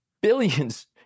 billions